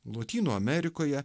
lotynų amerikoje